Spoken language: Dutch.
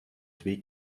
twee